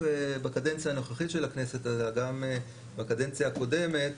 בקדנציה הנוכחית של הכנסת אלא גם בקדנציה הקודמת.